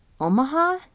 Omaha